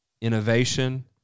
innovation